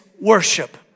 worship